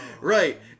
Right